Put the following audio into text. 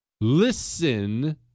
Listen